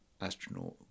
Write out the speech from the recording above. astronaut